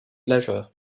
leisure